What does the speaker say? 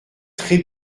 très